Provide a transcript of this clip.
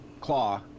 Claw